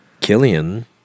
Killian